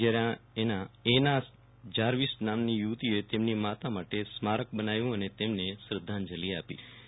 જયારે Anna Jarvis નામની યુવતી એ તેમની માતા માટે સ્મારક બનાવ્યું અને તેમને શ્રધાંજલિ આપી વિરલ રાણા હતી